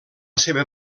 seva